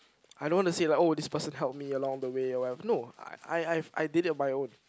I don't want to say like oh this person help me along the way or whatever no I I've I did it on my own